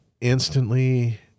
instantly